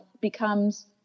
becomes